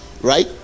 right